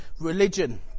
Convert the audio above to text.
religion